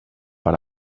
per